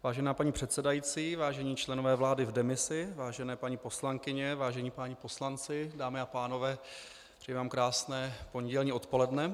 Vážená paní předsedající, vážení členové vlády v demisi, vážené paní poslankyně, vážení páni poslanci, dámy a pánové, přeji vám krásné pondělní odpoledne.